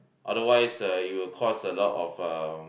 otherwise uh it will cause a lot of uh